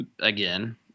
again